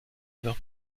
dos